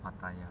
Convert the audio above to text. pattaya